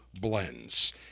blends